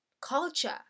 culture